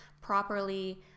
properly